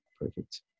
perfect